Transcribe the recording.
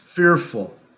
fearful